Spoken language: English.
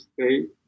State